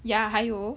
ya 还有